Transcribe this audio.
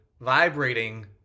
vibrating